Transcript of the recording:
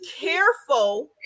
careful